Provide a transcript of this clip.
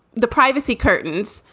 the privacy curtains,